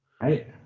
Right